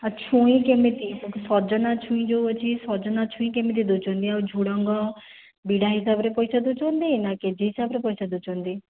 ଆଉ ଛୁଇଁ କେମିତି ସଜନା ଛୁଇଁ ଯେଉଁ ଅଛି ସଜନା ଛୁଇଁ କେମିତି ଦେଉଛନ୍ତି ଆଉ ଝୁଡ଼ଙ୍ଗବିଡ଼ା ହିସାବରେ ପଇସା ଦେଉଛନ୍ତି ନା କେ ଜି ହିସାବରେ ପଇସା ଦେଉଛନ୍ତି